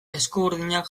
eskuburdinak